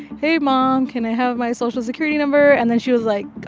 hey, mom, can i have my social security number? and then she was like,